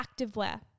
activewear